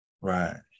Right